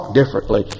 differently